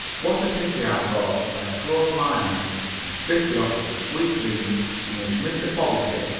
what a pity! i thought as i closed my eyes and drifted off into sweet dreams in which mr. fogerty,